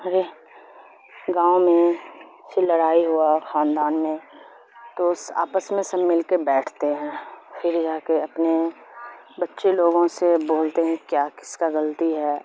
وہ گاؤں میں فر لڑائی ہوا خاندان میں تو آپس میں سب مل کے بیٹھتے ہیں پھر یہا کے اپنے بچے لوگوں سے بولتے ہیں کیا کس کا غلطی ہے